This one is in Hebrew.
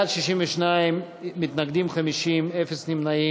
בעד, 62, מתנגדים, 50, אפס נמנעים.